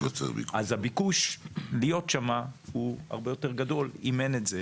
אז הביקוש להיות שם הוא הרבה יותר גדול אם אין את זה.